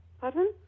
Pardon